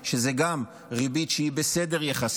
שגם זו ריבית שהיא בסדר יחסית.